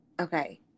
okay